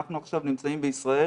אנחנו עכשיו נמצאים בישראל